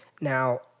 Now